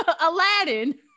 Aladdin